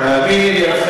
תאמיני לי,